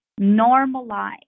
normalize